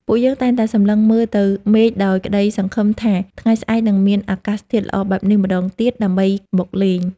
ពួកយើងតែងតែសម្លឹងមើលទៅមេឃដោយក្ដីសង្ឃឹមថាថ្ងៃស្អែកនឹងមានអាកាសធាតុល្អបែបនេះម្ដងទៀតដើម្បីមកលេង។